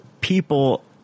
people –